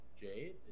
Jade